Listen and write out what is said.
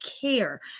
care